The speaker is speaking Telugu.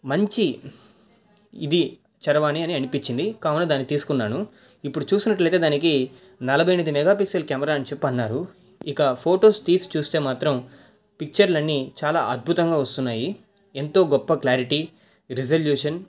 మంచి ఇది చరవాణి అని అనిపించింది కావున దాన్ని తీసుకున్నాను ఇప్పుడు చూసినట్టయితే దానికి నలభై ఎనిమిది మెగా పిక్సెల్ కెమెరా అని చెప్పి అన్నారు ఇక ఫొటోస్ తీసి చూస్తే మాత్రం పిక్చర్లన్నీ చాలా అద్భుతంగా వస్తున్నాయి ఎంతో గొప్ప క్లారిటీ రిజల్యూషన్